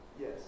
Yes